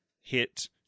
hit